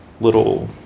little